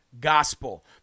gospel